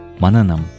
Mananam